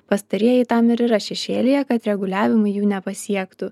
pastarieji tam ir yra šešėlyje kad reguliavimai jų nepasiektų